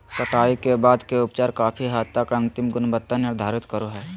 कटाई के बाद के उपचार काफी हद तक अंतिम गुणवत्ता निर्धारित करो हइ